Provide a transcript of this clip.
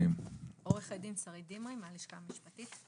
עו"ד שרית דמרי מהלשכה המשפטית.